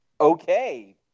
okay